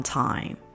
time